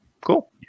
cool